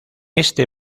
este